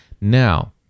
Now